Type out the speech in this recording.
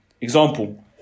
Example